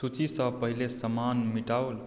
सूची सँ पहिल समान मिटाउ